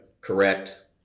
correct